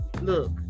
Look